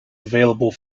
available